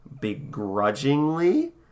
begrudgingly